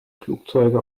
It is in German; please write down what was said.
flugzeuge